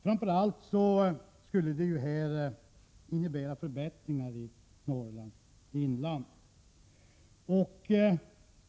Först och främst skulle det innebära förbättringar för Norrlands inland.